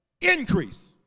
Increase